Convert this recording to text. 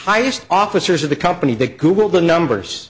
highest officers of the company that google the numbers